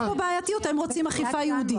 יש פה בעיתיות, הם רוצים אכיפה ייעודית.